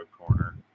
Corner